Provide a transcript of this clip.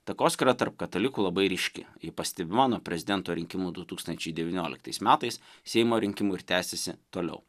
takoskyra tarp katalikų labai ryški pastebima nuo prezidento rinkimų du tūkstančiai devynioliktais metais seimo rinkimų ir tęsiasi toliau